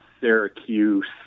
Syracuse